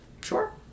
Sure